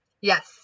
Yes